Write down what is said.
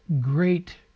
great